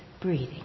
breathing